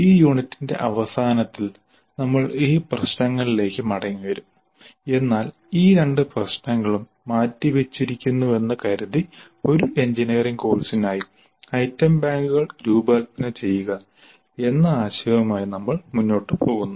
ഈ യൂണിറ്റിന്റെ അവസാനത്തിൽ നമ്മൾ ഈ പ്രശ്നങ്ങളിലേക്ക് മടങ്ങിവരും എന്നാൽ ഈ രണ്ട് പ്രശ്നങ്ങളും മാറ്റിവച്ചിരിക്കുന്നുവെന്ന് കരുതി ഒരു എഞ്ചിനീയറിംഗ് കോഴ്സിനായി ഐറ്റം ബാങ്കുകൾ രൂപകൽപ്പന ചെയ്യുക എന്ന ആശയവുമായി നമ്മൾ മുന്നോട്ട് പോകുന്നു